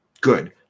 Good